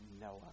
Noah